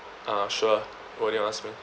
uh sure what do you want ask me